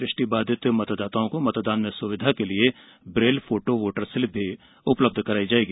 दृष्टिबाधित मतदाताओं को मतदान में सुविधा के लिए ब्रेल फोटो वोटर स्लिप भी उपलब्ध कराई जायेगी